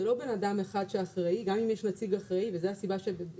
זה לא בן אדם אחד שאחראי גם אם יש נציג אחראי וזו הסיבה שיש